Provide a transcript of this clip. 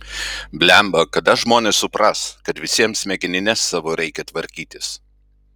blemba kada žmonės supras kad visiems smegenines savo reikia tvarkytis